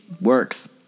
works